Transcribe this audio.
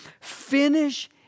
finish